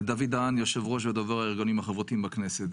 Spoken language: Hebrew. דוד דהן, יושב-ראש ודובר הארגונים החברתיים בכנסת.